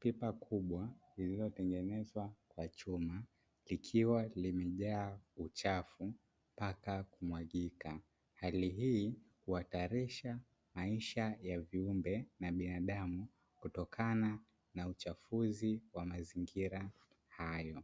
Pipa kubwa lililotengenezwa kwa chuma likiwa limejaa uchafu mpaka kumwagika, hali hii huatarisha maisha ya viumbe na binadamu kutokana na uchafuzi wa mazingira hayo